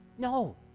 No